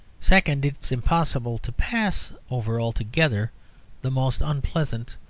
second, it's impossible to pass over altogether the most unpleasant,